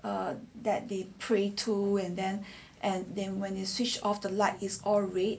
err that they pray to and then and then when you switch off the light is all red